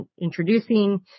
introducing